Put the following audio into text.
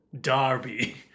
Darby